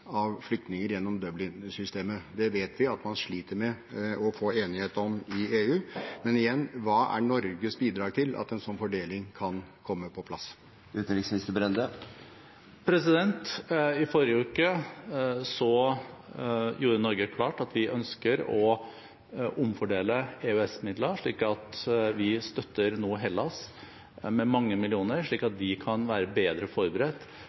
av flyktninger gjennom Dublin-systemet. Det vet vi at man sliter med å få enighet om i EU. Men igjen: Hva er Norges bidrag til at en slik fordeling kan komme på plass? I forrige uke gjorde Norge det klart at vi ønsker å omfordele EØS-midler, slik at vi nå støtter Hellas med mange millioner, slik at de kan være bedre forberedt